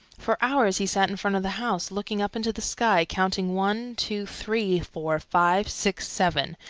for hours he sat in front of the house, looking up into the sky, counting one, two, three, four, five, six, seven.